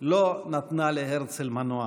לא נתנה להרצל מנוח.